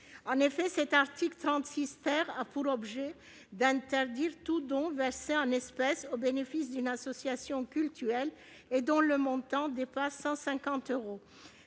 En effet, l'article 36 prévoit d'interdire tout don versé en espèces au bénéfice d'une association cultuelle et dont le montant dépasse 150 euros.